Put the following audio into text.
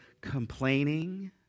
complaining